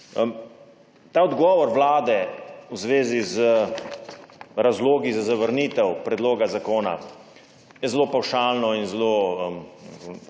Odgovor Vlade v zvezi z razlogi za zavrnitev predloga zakona je zelo pavšalno in zelo